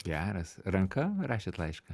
geras ranka rašėt laišką